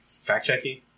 Fact-checking